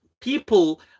people